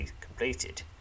completed